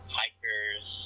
hikers